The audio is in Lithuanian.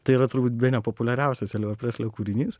tai yra turbūt bene populiariausias elvio preslio kūrinys